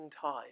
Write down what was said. time